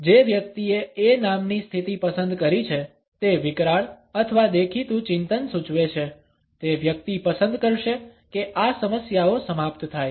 જે વ્યક્તિએ A નામની સ્થિતિ પસંદ કરી છે તે વિકરાળ અથવા દેખીતું ચિંતન સૂચવે છે તે વ્યક્તિ પસંદ કરશે કે આ સમસ્યાઓ સમાપ્ત થાય